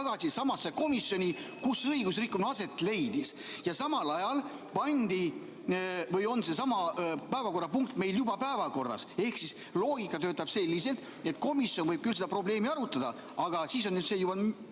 tagasi samasse komisjoni, kus õiguserikkumine aset leidis. Samal ajal on seesama päevakorrapunkt juba meie päevakorras. Ehk siis loogika töötab selliselt, et komisjon võib küll seda probleemi arutada, aga siis on see ju